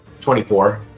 24